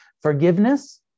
forgiveness